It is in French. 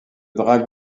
dragon